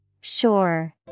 Sure